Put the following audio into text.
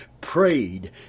prayed